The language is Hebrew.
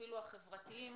אפילו החברתיים,